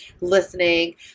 listening